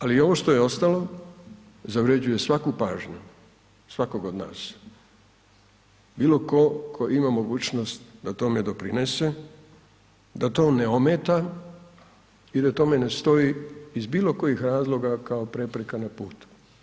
Ali ovo što je ostalo zavređuje svaku pažnju, svakog od nas, bilo tko tko ima mogućnost da tome doprinese, da to ne ometa i da tome ne stoji iz bilo kojih razloga kao prepreka na putu.